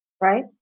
right